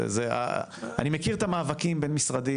אני מכיר את המאבקים בין משרדים.